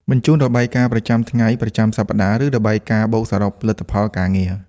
បញ្ជូន របាយការណ៍ ប្រចាំថ្ងៃ ប្រចាំសប្តាហ៍ ឬរបាយការណ៍បូកសរុបលទ្ធផលការងារ។